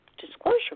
disclosure